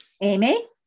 Amy